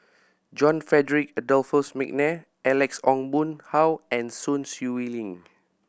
John Frederick Adolphus McNair Alex Ong Boon Hau and Sun Xueling